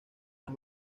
las